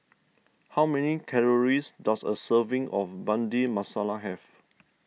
how many calories does a serving of Bhindi Masala have